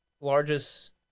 largest